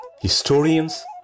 historians